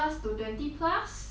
but 你不懂那个